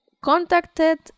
contacted